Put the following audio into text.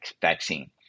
vaccine